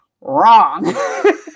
Wrong